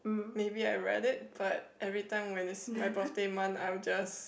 maybe I read it but everytime when it's my birthday month I will just